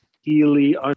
Healy